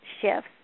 shifts